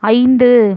ஐந்து